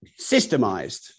systemized